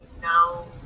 no